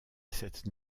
cette